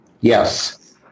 Yes